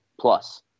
plus